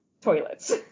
toilets